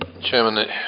Chairman